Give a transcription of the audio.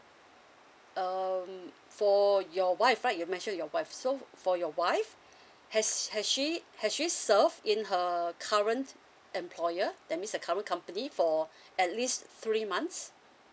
um for your wife right you make sure your wife so for your wife has has she has she serve in her current employer that means the current company for at least three months